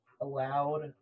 allowed